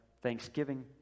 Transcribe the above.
thanksgiving